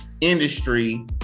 industry